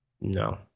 No